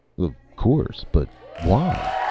of course. but why?